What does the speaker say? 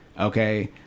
Okay